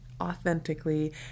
authentically